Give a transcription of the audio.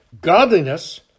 godliness